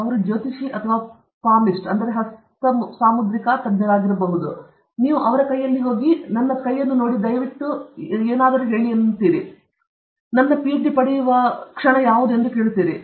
ಅವರು ಜ್ಯೋತಿಷಿ ಮತ್ತು ಪಾಮ್ಲಿಸ್ಟ್ಗೆ ಹೋಗುತ್ತಿದ್ದಾರೆ ಅವನು ನನ್ನ ಕೈಯಲ್ಲಿ ನೋಡಲು ದಯವಿಟ್ಟು ಹೇಳುತ್ತಿದ್ದೇನೆ ದಯವಿಟ್ಟು ನನ್ನ ಪಿಎಚ್ಡಿ ಪಡೆದಾಗ ನನಗೆ ಹೇಳಿ